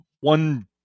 one